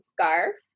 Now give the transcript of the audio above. scarf